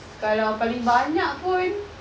kalau paling banyak pun